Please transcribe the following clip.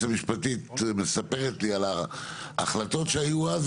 המשפטית מספרת לי על ההחלטות שהיו אז,